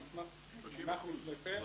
המסמך מונח לפניכם.